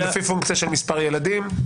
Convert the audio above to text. זה לפי פונקציה של מספר ילדים?